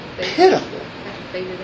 pitiful